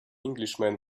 englishman